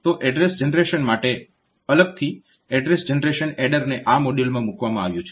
તો address generation માટે અલગથી એડ્રેસ જનરેશન એડરને આ મોડ્યુલમાં મૂકવામાં આવ્યું છે